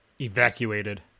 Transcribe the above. evacuated